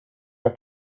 have